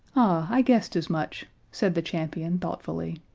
i guessed as much, said the champion, thoughtfully.